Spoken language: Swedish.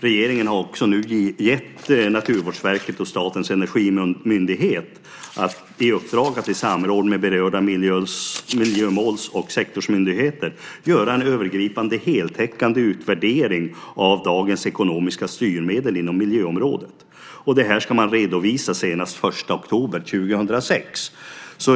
Regeringen har nu också gett Naturvårdsverket och Statens energimyndighet i uppdrag att i samråd med berörda miljömåls och sektorsmyndigheter göra en övergripande heltäckande utvärdering av dagens ekonomiska styrmedel inom miljöområdet. Det ska man redovisa senast den 1 oktober 2006.